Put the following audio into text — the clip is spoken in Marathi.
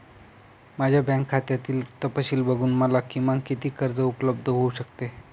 माझ्या बँक खात्यातील तपशील बघून मला किमान किती कर्ज उपलब्ध होऊ शकते?